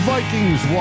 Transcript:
Vikings